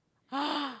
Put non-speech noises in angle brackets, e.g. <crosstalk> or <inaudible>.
<noise>